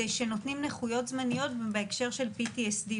שנותנים נכויות זמניות בהקשר של PTSD,